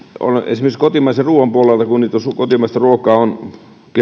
esimerkiksi kotimaisen ruuan puolelta kun kotimaista ruokaa on kehuttu hyvänä ruokana